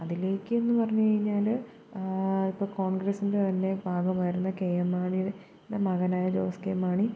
അതിലേക്കെന്നു പറഞ്ഞു കഴിഞ്ഞാൽ ഇപ്പം കോൺഗ്രിസ്സിൻ്റെ തന്നെ ഭാഗമായിരുന്ന കെ എം മാണിയുടെ മകനായ ജോസ് കെ മാണി